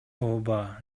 ооба